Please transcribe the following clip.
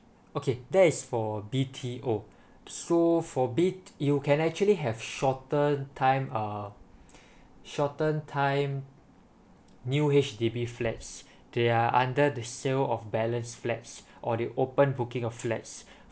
okay that is for B_T_O so for B~ you can actually have shorten time uh shorten time new H_D_B flats they are under the sale of balance flats or they open booking of flats